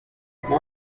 nyuma